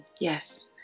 Yes